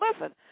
Listen